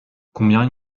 combien